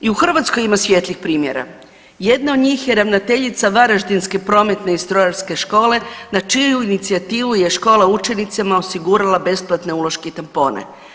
I u Hrvatskoj ima svijetlih primjera, jedna od njih je ravnateljica Varaždinske prometne i strojarske škole na čiju inicijativu je škola učenicama osigurala besplatne uloške i tampone.